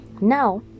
Now